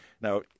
now